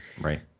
Right